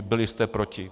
Byli jste proti.